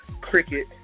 Cricket